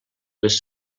les